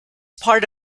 part